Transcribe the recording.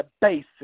basic